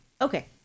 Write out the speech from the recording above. Okay